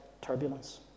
turbulence